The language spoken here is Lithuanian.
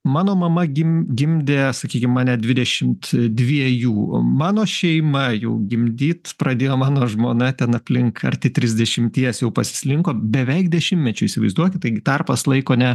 mano mama gim gimdė sakykime mane dvidešimt dviejų mano šeima jau gimdyt pradėjo mano žmona ten aplink arti trisdešimties jau pasislinko beveik dešimmečiu įsivaizduokit tai tarpas laiko ne